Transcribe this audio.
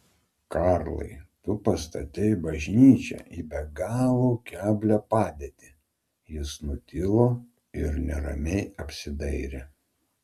karlai tu pastatei bažnyčią į be galo keblią padėtį jis nutilo ir neramiai apsidairė